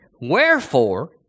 wherefore